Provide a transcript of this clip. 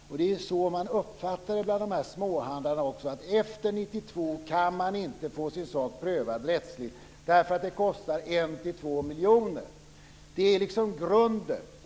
Också småhandlare uppfattar ibland saken så att man efter 1992 inte kan få sin sak prövad rättsligt eftersom det kostar 1-2 miljoner. Det är grunden.